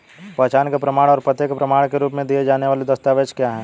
पहचान के प्रमाण और पते के प्रमाण के रूप में दिए जाने वाले दस्तावेज क्या हैं?